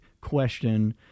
question